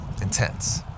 intense